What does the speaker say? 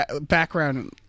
background